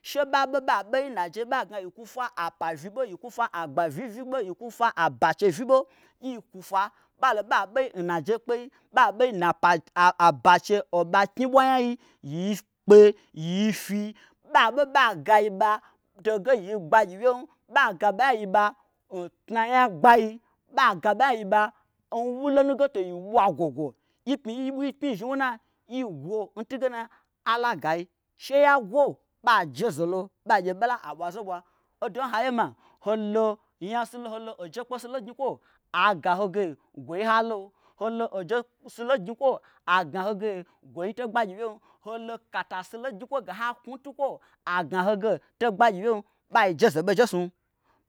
She ɓaɓe ɓaɓei nnajei ɓagna yikwu fwa apa vyiɓo yikwu fwa agbavyii vyiɓo aagbavyi vyiɓo yikwufwa ɓalo ɓa ɓei nnajekpai ɓaɓei nna bache oɓaknyi ɓwanyai yikpe yifyi ɓaɓe ɓagai ɓa toge yigba gyiwyem ɓaga ɓanya yiɓa ntna nyagbai ɓagaɓa nya yiɓa nwulonu ge to yi ɓwagwogwo yipmyi yipmyi yizhni nwuna yigwo ntunge na alagayi sheya gwo ɓa jezelo ɓagye ɓala aɓwazeɓwa odo n haiye ma holo nyasilo holo ojekpe silo ngnyikwo agaho ge gwoi halo holo ojekpe silo ngnyikwo agaho ge gwoi to gbagyiwyem holo kata silo ngnyikwo ge hakwu ntukwo agaholo ge to gbagyiwyen bai jezeɓe njesnu